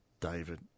David